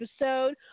episode